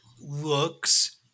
looks